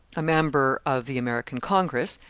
a member of the american congress,